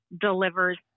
delivers